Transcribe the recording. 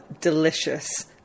delicious